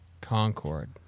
Concorde